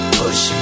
push